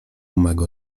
mego